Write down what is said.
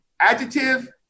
Adjective